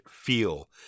feel